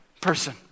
person